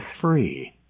free